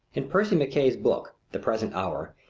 in percy mackaye's book, the present hour,